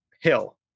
hill